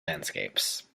landscapes